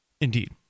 Indeed